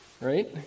right